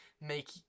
make